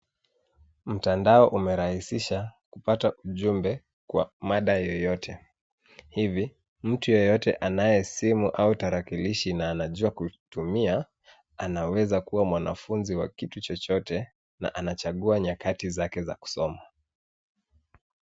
Mtandao umerahisisha kupata ujumbe au mada yoyote. Hivi, mtu yeyote anaye simu au tarakilishi na anajua kutumia anaweza kuwa mwanafunzi wa kitu chochote na anachagua nyakati zake za kusoma.